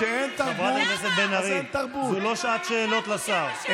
חברת הכנסת בן ארי, זו לא שעת שאלות לשר.